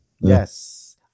Yes